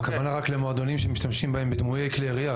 הכוונה רק למועדונים שמשתמשים בהם בדמויי כלי ירייה,